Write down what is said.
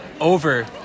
Over